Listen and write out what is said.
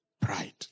Pride